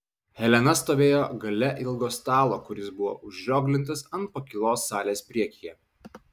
helena stovėjo gale ilgo stalo kuris buvo užrioglintas ant pakylos salės priekyje